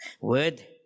word